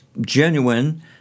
genuine